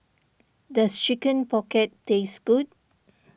does Chicken Pocket taste good